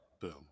boom